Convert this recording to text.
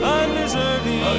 undeserving